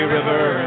River